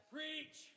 Preach